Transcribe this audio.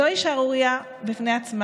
זוהי שערורייה בפני עצמה.